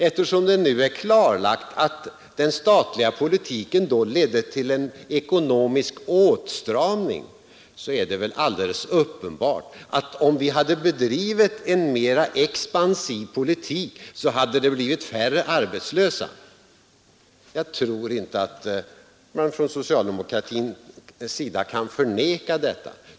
Eftersom det nu är klarlagt att den statliga politiken då ledde till en ekonomisk åtstramning, är det väl alldeles uppenbart att det, om vi hade bedrivit en mera expansiv politik, hade blivit färre arbetslösa. Jag tror inte att man från socialdemokratin kan förneka detta.